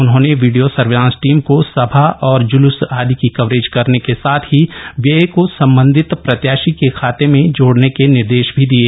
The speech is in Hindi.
उन्होंने वीडियों सर्विलांस टीम को सभा और जुलुस आदि की कवरेज करने के साथ ही व्यय को सम्बन्धित प्रत्याशी के खाते में जोड़ने के निर्देश भी दिये